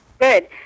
Good